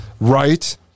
right